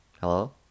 hello